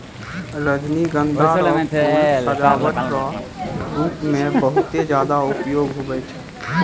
रजनीगंधा रो फूल सजावट रो रूप मे बहुते ज्यादा उपयोग हुवै छै